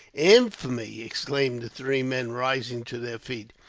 infamy! exclaimed the three men, rising to their feet.